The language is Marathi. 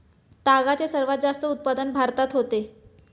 तागाचे सर्वात जास्त उत्पादन भारतात होते